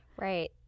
Right